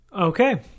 Okay